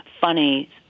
funny